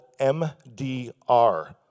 MDR